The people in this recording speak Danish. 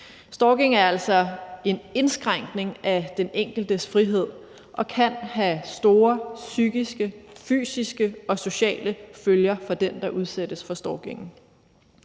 Stalking er altså en indskrænkning af den enkeltes frihed og kan have store psykiske, fysiske og sociale følger for den, der udsættes for stalking.